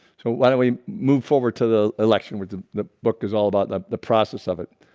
so why don't we move forward to the election with the the book is all about the the process of it.